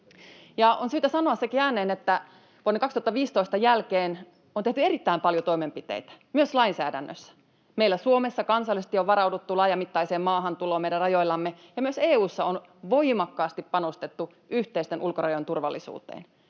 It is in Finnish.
On syytä sanoa sekin ääneen, että vuoden 2015 jälkeen on tehty erittäin paljon toimenpiteitä myös lainsäädännössä. Meillä Suomessa kansallisesti on varauduttu laajamittaiseen maahantuloon meidän rajoillamme, ja myös EU:ssa on voimakkaasti panostettu yhteisten ulkorajojen turvallisuuteen